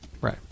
Right